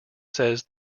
says